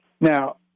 Now